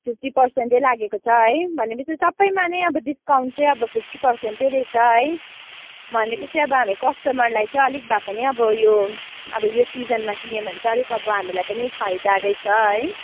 fifty percent नै लागेको छ है भनेपछि सबैमा नै अब डिस्काउन्ट चाहिँ अब फिफ्टी पर्सेन्टै रहेछ है भनेपछि अब हामी कस्टमरलाई चाहिँ अलिक भए पनि अब यो अब यो सिजनमा किन्यो भने चाहिँ अब हामीलाई पनि फाइदा रहेछ है